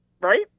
right